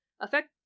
affect